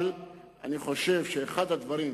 אני חושב שאחד הדברים,